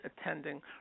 attending